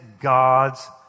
God's